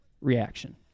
reaction